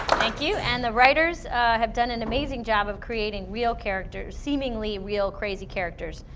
thank you. and the writers have done an amazing job of creating real characters, seemingly real crazy characters.